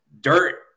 dirt